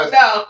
no